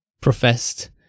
professed